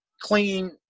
clean